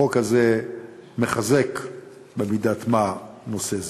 החוק הזה מחזק במידת מה נושא זה.